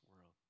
world